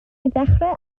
ddechrau